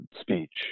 speech